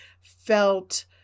felt